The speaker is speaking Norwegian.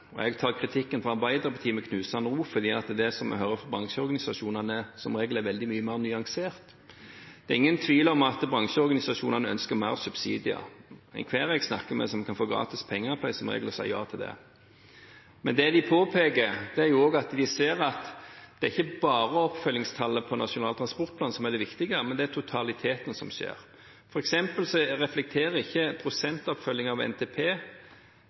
Jeg tar kritikken fra Arbeiderpartiet med knusende ro, fordi det vi hører fra bransjeorganisasjonene, som regel er mye mer nyansert. Det er ingen tvil om at bransjeorganisasjonene ønsker mer subsidier. Enhver jeg snakker med som kan få gratis penger, pleier som regel å si ja til det. Men det vi påpeker, er også at vi ser at det er ikke bare oppfølgingstallet på Nasjonal transportplan som er det viktige, men totaliteten som skjer. For eksempel reflekterer ikke prosentoppfølging av NTP